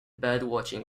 birdwatching